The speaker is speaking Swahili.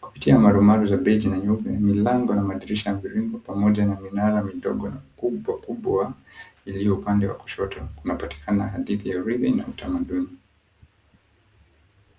Kupitia marumaru za bej na nyeupe, milango na madirisha ya mviringo pamoja na minara midogo mikubwa kubwa, iliyo upande wa kushoto. Kunapatikana hadithi ya urithi na utamaduni.